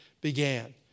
began